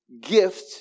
gift